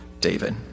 David